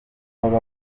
bavuga